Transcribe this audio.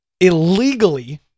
illegally